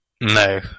No